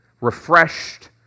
refreshed